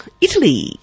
Italy